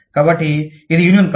కాబట్టి ఇది యూనియన్ కాదు